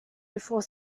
before